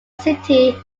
city